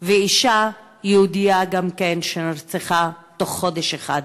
ואישה יהודייה גם כן נרצחה, תוך חודש אחד.